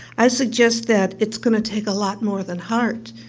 i suggest that it's going to take a lot more than heart,